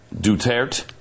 Duterte